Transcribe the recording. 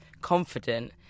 confident